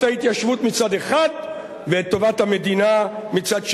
ההתיישבות מצד אחד ואת טובת המדינה מצד שני,